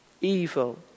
evil